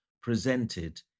presented